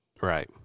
Right